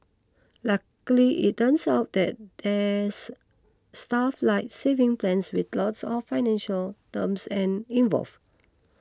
luckily it turns out that there's stuff like savings plans with lots of financial terms an involved